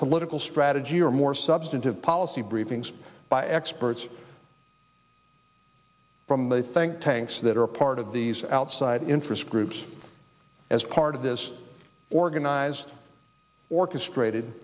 political strategy or more substantive policy briefings by experts from the think tanks that are part of these outside interest groups as part of this organized or